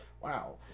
wow